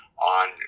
On